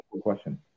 question